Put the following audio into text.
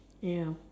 ya